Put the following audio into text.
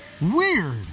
Weird